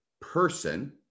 person